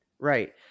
Right